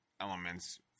elements